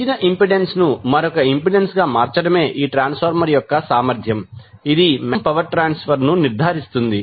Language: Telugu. ఇచ్చిన ఇంపెడెన్స్ను మరొక ఇంపెడెన్స్గా మార్చడమే ఈ ట్రాన్స్ఫార్మర్ యొక్క సామర్ధ్యం ఇది మాక్సిమం పవర్ ట్రాన్స్ఫర్ ను నిర్ధారిస్తుంది